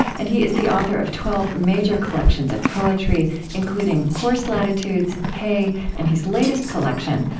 and he is the author of twelve major collections of poetry, including horse latitudes, hay and his latest collection,